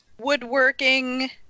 woodworking